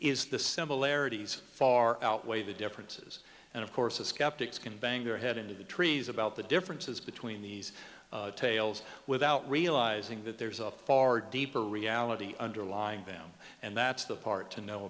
is the similarities far outweigh the differences and of course the skeptics can bang their head into the trees about the differences between these tales without realizing that there is a far deeper reality underlying them and that's the part to know